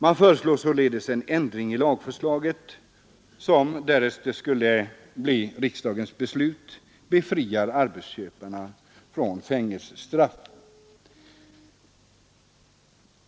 Man föreslår således en ändring i lagförslaget, som — därest den skulle bli riksdagens beslut — befriar arbetsköparna från fängelsestraff.